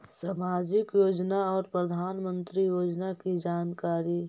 समाजिक योजना और प्रधानमंत्री योजना की जानकारी?